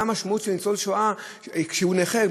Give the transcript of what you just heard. מה המשמעות לניצול שואה כשהוא נכה,